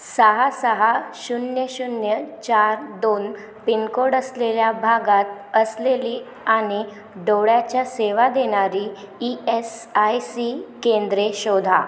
सहा सहा शून्य शून्य चार दोन पिनकोड असलेल्या भागात असलेली आणि डोळ्याच्या सेवा देणारी ई एस आय सी केंद्रे शोधा